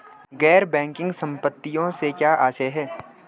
गैर बैंकिंग संपत्तियों से क्या आशय है?